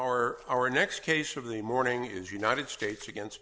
our our next case of the morning is united states against